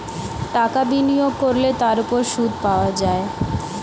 টাকা বিনিয়োগ করলে তার উপর সুদ পাওয়া যায়